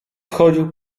wchodził